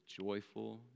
joyful